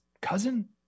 cousin